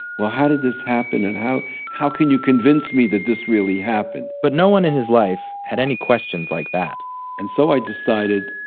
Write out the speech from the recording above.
well, how did this happen? and how how can you convince me that this really happened? but no one in his life had any questions like that and so i decided,